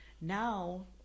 now